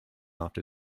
after